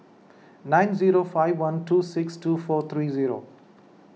nine zero five one two six two four three zero